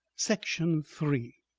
section three